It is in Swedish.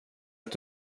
att